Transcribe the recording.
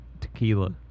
tequila